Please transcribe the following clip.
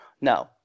no